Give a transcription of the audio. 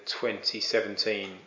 2017